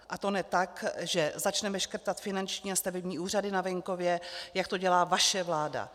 A to ne tak, že začneme škrtat finanční a stavební úřady na venkově, jak to dělá vaše vláda.